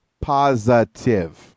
positive